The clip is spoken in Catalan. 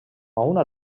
una